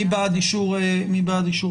מי בעד אישור התקנות?